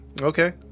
Okay